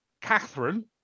Catherine